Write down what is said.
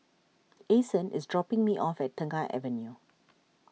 Ason is dropping me off at Tengah Avenue